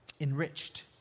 enriched